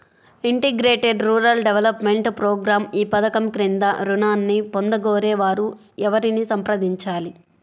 Integrated rural development program ఈ పధకం క్రింద ఋణాన్ని పొందగోరే వారు ఎవరిని సంప్రదించాలి?